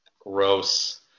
Gross